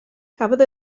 cafodd